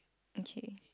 okay